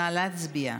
נא להצביע.